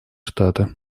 штаты